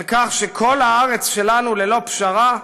על כך שכל הארץ שלנו, ללא פשרה,